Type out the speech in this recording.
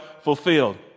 fulfilled